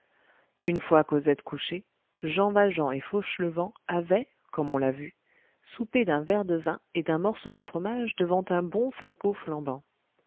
une fois cosette couchée jean valjean et fauchelevent avaient comme on l'a vu soupé d'un verre de vin et d'un morceau de fromage devant un bon fagot flambant